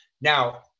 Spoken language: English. Now